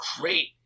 great